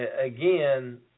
again